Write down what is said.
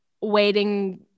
waiting